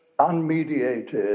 unmediated